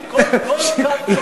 לא,